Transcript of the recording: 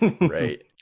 Right